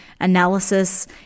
analysis